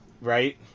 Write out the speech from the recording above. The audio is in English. Right